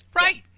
Right